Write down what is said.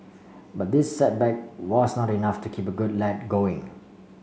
but this setback was not enough to keep a good lad going